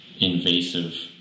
invasive